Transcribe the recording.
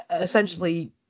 essentially